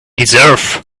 deserve